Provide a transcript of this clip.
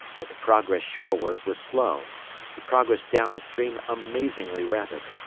but the progress shoreward was slow the progress down-stream amazingly rapid.